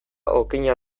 okina